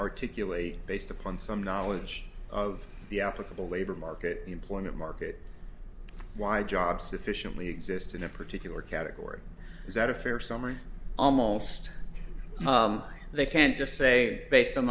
articulate based upon some knowledge of the applicable labor market employment market wide job sufficiently exist in a particular category is that a fair summary almost they can't just say based on